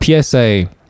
PSA